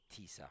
Tisa